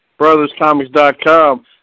brotherscomics.com